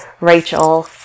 Rachel